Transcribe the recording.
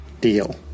Deal